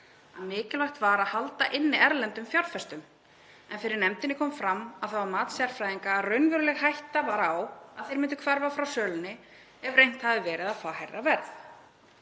að mikilvægt var að halda inni erlendum fjárfestum en fyrir nefndinni kom fram að það var mat sérfræðinga að raunveruleg hætta var á að þeir myndu hverfa frá sölunni ef reynt hefði verið að fá hærra verð.“